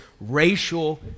racial